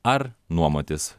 ar nuomotis